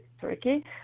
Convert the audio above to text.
turkey